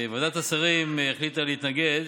ועדת השרים החליטה להתנגד